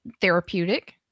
therapeutic